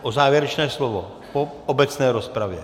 O závěrečné slovo po obecné rozpravě?